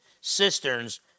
cisterns